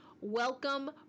welcome